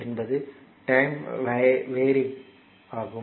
என்பது time varying ஆகும்